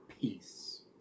peace